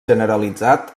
generalitzat